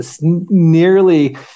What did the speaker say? nearly